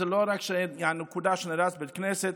זו לא רק הנקודה שנהרס בית כנסת,